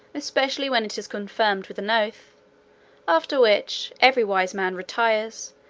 especially when it is confirmed with an oath after which, every wise man retires,